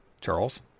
Charles